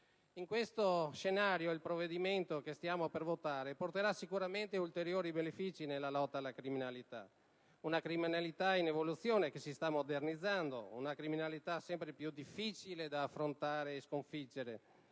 In questo scenario, il provvedimento che stiamo per approvare porterà sicuramente ulteriori benefici nella lotta alla criminalità. Una criminalità in evoluzione, che si sta modernizzando e che è sempre più da difficile da affrontare e sconfiggere